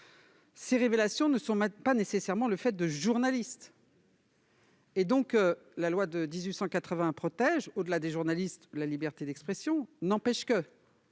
ces révélations ne sont pas nécessairement le fait de journalistes. La loi de 1881 protège, au-delà des journalistes, la liberté d'expression. Il n'empêche que,